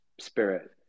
spirit